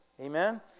Amen